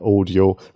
audio